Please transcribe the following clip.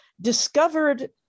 discovered